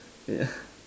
ya